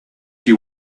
you